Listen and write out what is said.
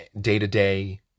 day-to-day